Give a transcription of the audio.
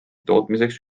tootmiseks